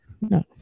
No